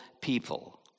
people